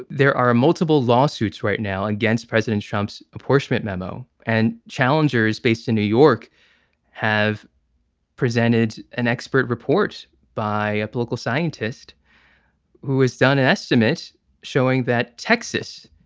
there are multiple lawsuits right now against president trump's apportionment memo. and challengers based in new york have presented an expert report by a political scientist who has done an estimate showing that texas,